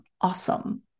awesome